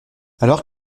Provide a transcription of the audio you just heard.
alors